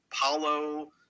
Paulo